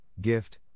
gift